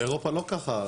באירופה לא ככה,